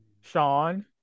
Sean